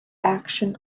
action